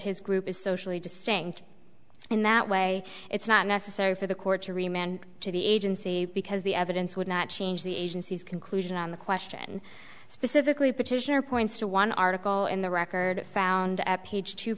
his group is socially distinct in that way it's not necessary for the court to remain to the agency because the evidence would not change the agency's conclusion on the question specifically petitioner points to one article in the record found